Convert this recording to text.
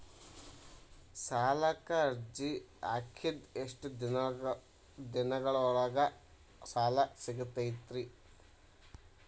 ಸಾಲಕ್ಕ ಅರ್ಜಿ ಹಾಕಿದ್ ಎಷ್ಟ ದಿನದೊಳಗ ಸಾಲ ಸಿಗತೈತ್ರಿ?